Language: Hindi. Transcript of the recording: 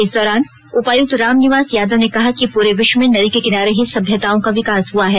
इस दौरान उपायुक्त रामनिवास यादव ने कहा कि पूरे विश्व में नदी के किनारे ही सभ्यताओं का विकास है